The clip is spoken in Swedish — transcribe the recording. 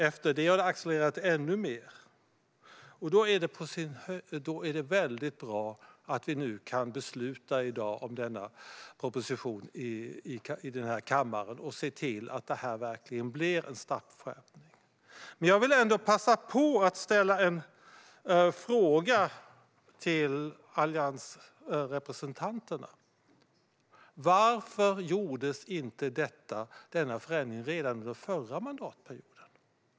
Efter det har det accelererat ännu mer. Det är då väldigt bra att vi nu i dag kan besluta om denna proposition i kammaren och se till att det verkligen blir en strafförändring. Jag vill ändå passa på att ställa en fråga till alliansrepresentanterna. Varför gjordes inte denna förändring redan under förra mandatperioden?